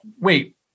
wait